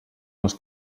les